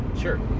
sure